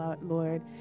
Lord